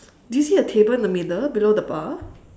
do you see a table in the middle below the bar